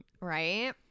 Right